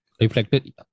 reflected